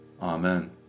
Amen